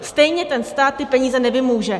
Stejně ten stát ty peníze nevymůže!